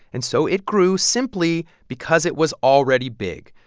and so it grew simply because it was already big,